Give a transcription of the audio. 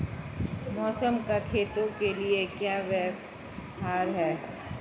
मौसम का खेतों के लिये क्या व्यवहार है?